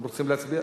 אתם רוצים להצביע?